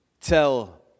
tell